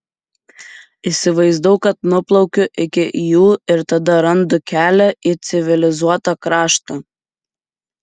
įsivaizdavau kad nuplaukiu iki jų ir tada randu kelią į civilizuotą kraštą